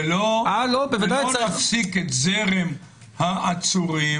ולא נפסיק את זרם העצורים,